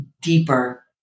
deeper